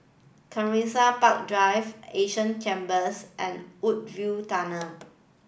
Kensington Park Drive Asia Chambers and Woodsville Tunnel